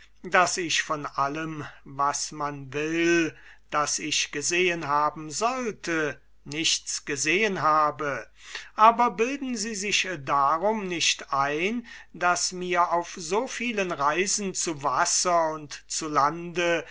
daß ich von allem was man will daß ich gesehen haben sollte nichts gesehen habe aber bilden sie sich darum nicht ein daß mir auf so vielen reisen zu wasser und zu lande